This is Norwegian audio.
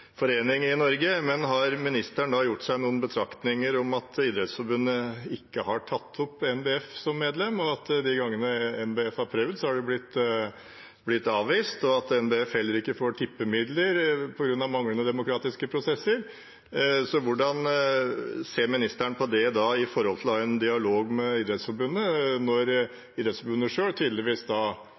forening i Norge. Men har ministeren gjort seg noen betraktninger om at Idrettsforbundet ikke har tatt opp NBF som medlem, og at de gangene NBF har prøvd, har de blitt avvist, og at NBF heller ikke får tippemidler på grunn av manglende demokratiske prosesser? Hvordan ser ministeren på det i forhold til å ha en dialog med Idrettsforbundet, når Idrettsforbundet tydeligvis selv da